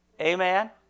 Amen